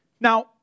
Now